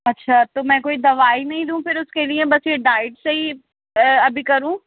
اچھا تو میں کوئی دوائی نہیں لوں پھر اُس کےلیے بس یہ ڈائٹ سے ہی ابھی کروں